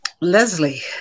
Leslie